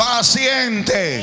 Paciente